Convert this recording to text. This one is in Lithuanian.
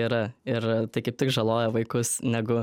yra ir tai kaip tik žaloja vaikus negu